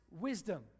wisdom